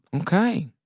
Okay